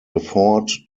effort